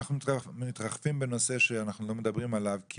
אנחנו מתרחבים בנושא שאנחנו לא מדברים עליו.